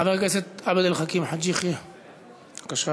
חבר הכנסת עבד אל חכים חאג' יחיא, בבקשה,